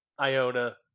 Iona